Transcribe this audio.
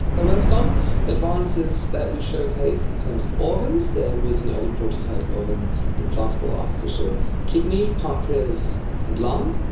there were some advances that we showcased in terms of organs. there was an early prototype of an implantable artificial kidney, pancreas and lung.